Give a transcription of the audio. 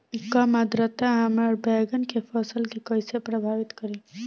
कम आद्रता हमार बैगन के फसल के कइसे प्रभावित करी?